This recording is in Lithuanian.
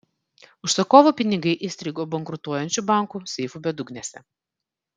užsakovų pinigai įstrigo bankrutuojančių bankų seifų bedugnėse